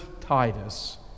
Titus